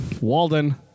walden